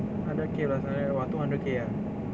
hundred K plus hundred !wah! two hundred K ah